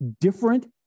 different